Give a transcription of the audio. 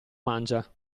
mangia